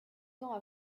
temps